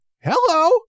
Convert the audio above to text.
hello